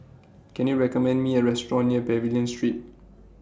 Can YOU recommend Me A Restaurant near Pavilion Street